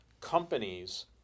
companies